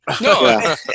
no